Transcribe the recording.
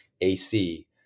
AC